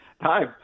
Hi